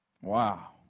Wow